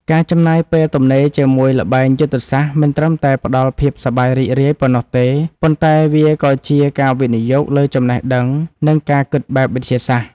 ការចំណាយពេលទំនេរជាមួយល្បែងយុទ្ធសាស្ត្រមិនត្រឹមតែផ្ដល់ភាពសប្បាយរីករាយប៉ុណ្ណោះទេ ប៉ុន្តែ វាក៏ជាការវិនិយោគលើចំណេះដឹងនិងការគិតបែបវិទ្យាសាស្ត្រ។